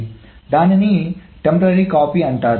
కాబట్టి దానిని తాత్కాలిక కాపీ అంటారు